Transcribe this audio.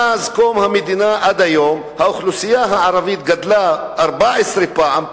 מאז קום המדינה ועד היום האוכלוסייה הערבית גדלה 14 פעם,